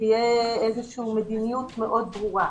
ושתהיה איזושהי מדיניות מאוד ברורה.